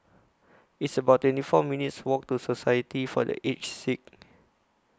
It's about twenty four minutes' Walk to Society For The Aged Sick